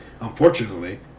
unfortunately